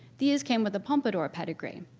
these came with the pompadour pedigree.